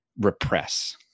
repress